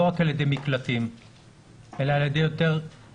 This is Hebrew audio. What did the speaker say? לא רק על ידי מקלטים אלא על ידי יותר מסגרות